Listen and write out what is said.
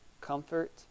comfort